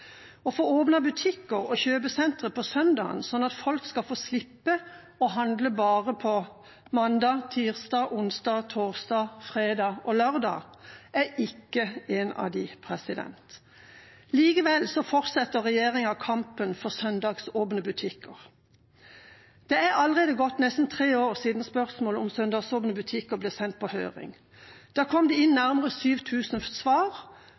Å få åpnet butikker og kjøpesentre på søndagen, sånn at folk skal få slippe å handle bare på mandag, tirsdag, onsdag, torsdag, fredag og lørdag, er ikke en av dem. Likevel fortsetter regjeringa kampen for søndagsåpne butikker. Det er allerede gått nesten tre år siden spørsmålet om søndagsåpne butikker ble sendt på høring. Da kom det inn nærmere 7 000 svar,